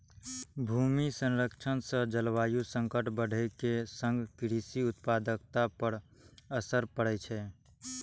भूमि क्षरण सं जलवायु संकट बढ़ै के संग कृषि उत्पादकता पर असर पड़ै छै